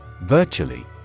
Virtually